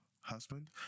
husband